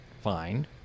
fine